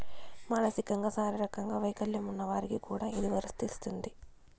మానసికంగా శారీరకంగా వైకల్యం ఉన్న వారికి కూడా ఇది వర్తిస్తుంది